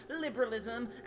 liberalism